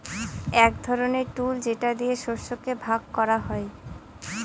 এক ধরনের টুল যেটা দিয়ে শস্যকে ভাগ করে রাখা হয়